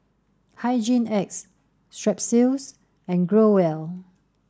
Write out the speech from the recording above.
Hygin X Strepsils and Growell